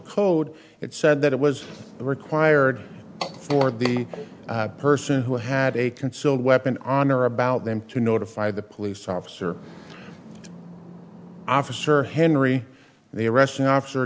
code it said that it was required for the person who had a concealed weapon on or about them to notify the police officer officer henry the arrest